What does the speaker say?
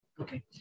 Okay